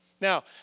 Now